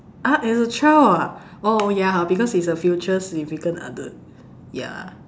ah as a child ah oh ya because he is a future significant other ya